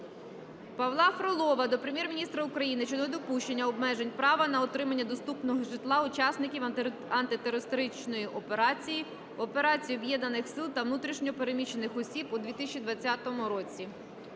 Павла Фролова до Прем'єр-міністра України щодо недопущення обмеження права на отримання доступного житла учасників антитерористичної операції, операції Об'єднаних сил та внутрішньо переміщених осіб у 2020 році.